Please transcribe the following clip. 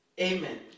Amen